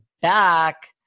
back